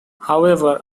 however